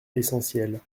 essentielle